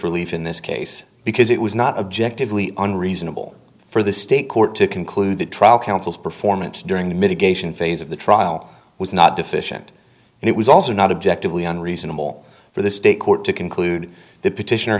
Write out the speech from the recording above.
relief in this case because it was not objectively unreasonable for the state court to conclude that trial counsel's performance during the mitigation phase of the trial was not deficient and it was also not objective leon reasonable for the state court to conclude the petition